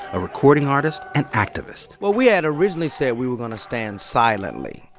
a recording artist and activist well, we had originally said we were going to stand silently,